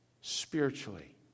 spiritually